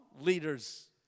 leaders